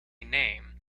name